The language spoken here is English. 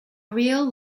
real